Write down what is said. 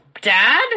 dad